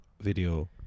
video